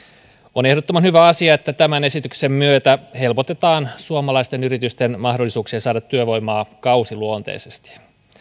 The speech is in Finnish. on ehdottoman hyvä asia että tämän esityksen myötä helpotetaan suomalaisten yritysten mahdollisuuksia saada työvoimaa kausiluonteisesti